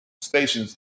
stations